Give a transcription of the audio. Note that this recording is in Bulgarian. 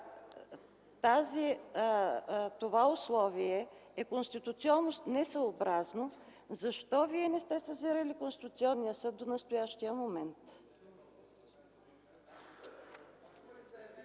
това условие е конституционно несъобразно, защо Вие не сте сезирали Конституционния съд до настоящия момент?